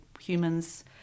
humans